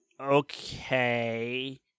Okay